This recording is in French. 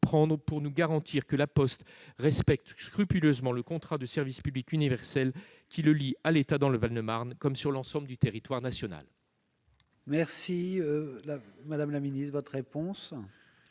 prendre pour nous garantir que La Poste respecte scrupuleusement le contrat de service public universel qui la lie à l'État, dans le Val-de-Marne comme sur l'ensemble du territoire national ? La parole est à